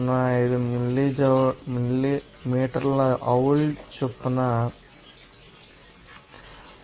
005 మీటర్లజౌల్ చొప్పున 2